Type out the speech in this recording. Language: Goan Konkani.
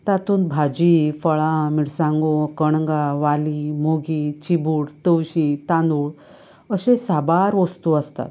तातूंत भाजी फळां मिरसांगो कणगां वाली मोगी चिबूड तवशीं तांदूळ अशें साबार वस्तू आसतात